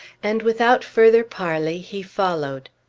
and without further parley, he followed.